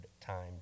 time